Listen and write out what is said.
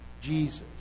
Jesus